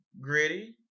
gritty